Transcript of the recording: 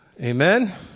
Amen